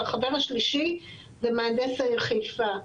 והחבר השלישי זה מהנדס העיר חיפה.